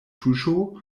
tuŝu